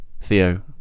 Theo